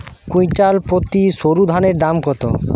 Quintal প্রতি সরুধানের দাম কত?